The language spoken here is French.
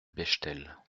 bechtel